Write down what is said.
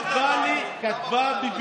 היא כתבה לי,